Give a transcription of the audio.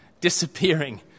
disappearing